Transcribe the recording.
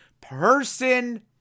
person